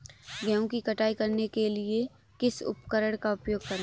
गेहूँ की कटाई करने के लिए किस उपकरण का उपयोग करें?